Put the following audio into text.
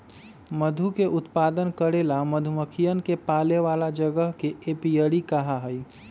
मधु के उत्पादन करे ला मधुमक्खियन के पाले वाला जगह के एपियरी कहा हई